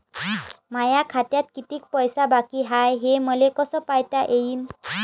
माया खात्यात कितीक पैसे बाकी हाय हे मले कस पायता येईन?